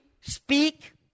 speak